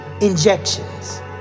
injections